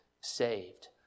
saved